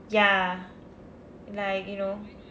ya like you know